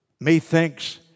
Methinks